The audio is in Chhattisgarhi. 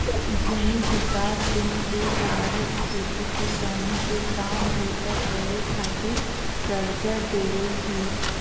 भूमि बिकास बेंक के कारज खेती किसानी के काम बूता करे खातिर करजा देवई हे